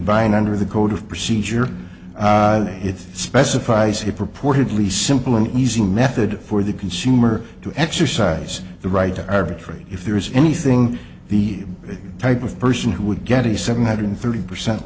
by and under the code of procedure it specifies a purportedly simple and easy method for the consumer to exercise the right to arbitrate if there is anything the type of person who would get a seven hundred thirty percent